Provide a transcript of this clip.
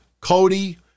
Cody